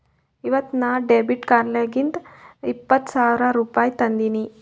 ಇವತ್ ನಾ ಡೆಬಿಟ್ ಕಾರ್ಡ್ಲಿಂತ್ ಇಪ್ಪತ್ ಸಾವಿರ ರುಪಾಯಿ ತಂದಿನಿ